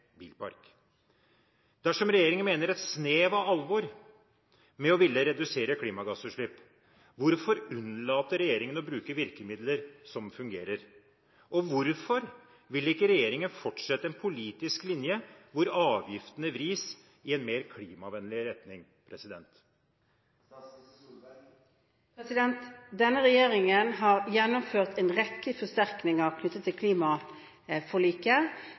bilpark. Dersom regjeringen mener et snev av alvor med å ville redusere klimagassutslipp, hvorfor unnlater regjeringen å bruke virkemidler som fungerer? Og hvorfor vil ikke regjeringen fortsette en politisk linje hvor avgiftene vris i en mer klimavennlig retning? Denne regjeringen har gjennomført en rekke forsterkninger knyttet til klimaforliket